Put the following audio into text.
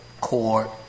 court